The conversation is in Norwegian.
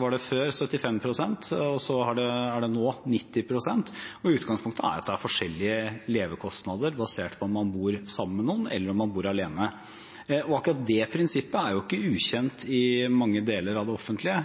var det før 75 pst., og nå er det 90 pst. Utgangspunktet er at det er forskjellige levekostnader basert på om man bor sammen med noen, eller om man bor alene. Akkurat det prinsippet er jo ikke ukjent i mange deler av det offentlige.